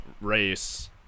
race